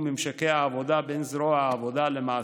ממשקי העבודה בין זרוע העבודה למעסיקים.